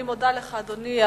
אני מודה לך, אדוני.